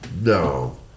No